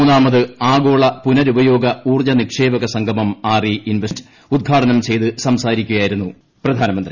മൂന്നാമത് ആഗോള പുനരുപയോഗഉത്ർജനിക്ഷേപക സംഗമം ആർ ഇ ഇൻവെസ്റ്റ് ഉദ്ഘാടന ചെയ്ത് സംസാരിക്കുകയായിരുന്നു പ്രധാനമന്ത്രി